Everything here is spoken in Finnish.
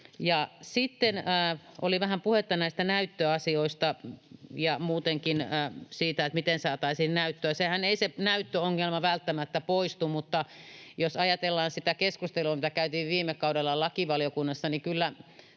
Sitten oli vähän puhetta näistä näyttöasioista ja muutenkin siitä, miten saataisiin näyttöä. Se näyttöongelmahan ei välttämättä poistu, mutta jos ajatellaan sitä keskustelua, mitä käytiin viime kaudella lakivaliokunnassa, niin kyllä